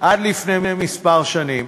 עד לפני כמה שנים,